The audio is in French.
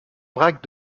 brac